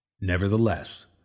Nevertheless